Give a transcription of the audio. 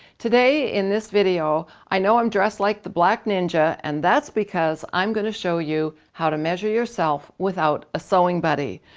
today in this video, i know i'm dressed like the black ninja and that's because i'm going to show you how to measure yourself without a sewing buddy.